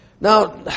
Now